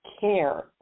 care